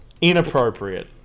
inappropriate